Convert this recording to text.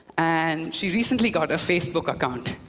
and she recently got a facebook account.